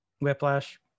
whiplash